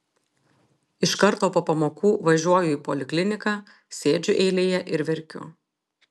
iš karto po pamokų važiuoju į polikliniką sėdžiu eilėje ir verkiu